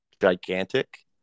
gigantic